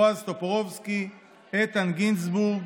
בועז טופורובסקי, איתן גינזבורג,